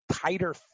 tighter